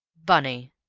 bunny,